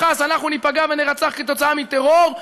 אנחנו ניפגע ונירצח כתוצאה מטרור,